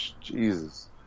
Jesus